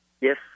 Yes